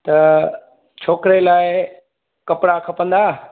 त छोकिरे लाइ कपिड़ा खपंदा